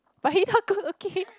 but he not good looking